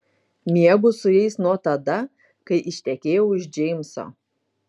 miegu su jais nuo tada kai ištekėjau už džeimso